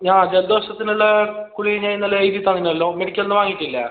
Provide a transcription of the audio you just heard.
ആ ജലദോഷത്തിന് ഉള്ള ഗുളിക ഞാൻ ഇന്നലെ എഴുതിയിട്ടുണ്ടല്ലോ മെഡിക്കൽ നിന്ന് വാങ്ങിയിട്ടില്ലേ